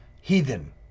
Heathen